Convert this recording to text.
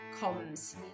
comms